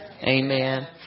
Amen